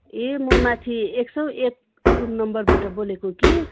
ए म माथि एक सौ एक रुम नम्बरबाट बोलेको कि